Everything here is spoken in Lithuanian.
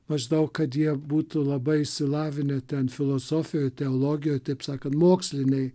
maždaug kad jie būtų labai išsilavinę ten filosofija teologija taip sakant moksliniai